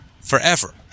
forever